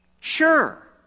Sure